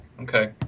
okay